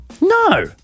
No